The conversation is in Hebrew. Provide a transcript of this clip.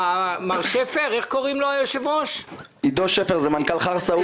מר עידו שפר, מנכ"ל חרסה,